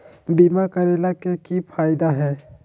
बीमा करैला के की फायदा है?